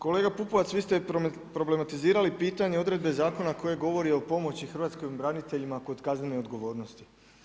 Kolega Pupovac, vi ste problematizirali pitanje odredbe zakona koje govori o pomoći hrvatskih branitelja kod kaznene odgovornosti.